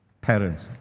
parents